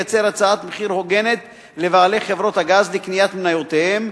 לייצר הצעת מחיר הוגנת לבעלי חברות הגז לקניית מניותיהם,